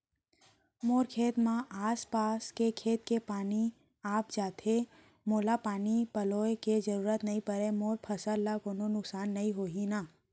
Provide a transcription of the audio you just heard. मोर खेत म आसपास के खेत के पानी आप जाथे, मोला पानी पलोय के जरूरत नई परे, मोर फसल ल कोनो नुकसान त नई होही न?